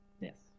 Yes